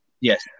yes